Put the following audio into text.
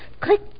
click